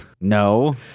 No